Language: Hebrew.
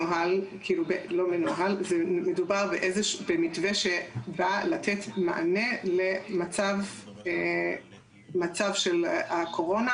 מדובר במתווה שבא לתת מענה למצב של הקורונה